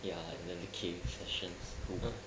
ya and then the game sessions too